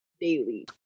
daily